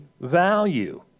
value